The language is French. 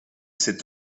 cet